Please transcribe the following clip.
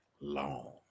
long